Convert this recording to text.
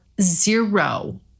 zero